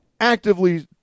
actively